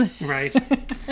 Right